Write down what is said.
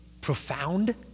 Profound